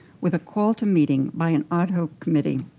with a call to meeting by an ah ah committee